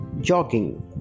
jogging